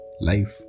Life